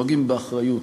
נוהגים באחריות,